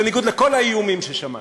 בניגוד לכל האיומים ששמענו: